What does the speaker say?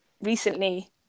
recently